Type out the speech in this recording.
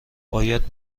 باید